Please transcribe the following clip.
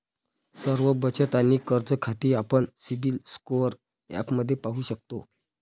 सर्व बचत आणि कर्ज खाती आपण सिबिल स्कोअर ॲपमध्ये पाहू शकतो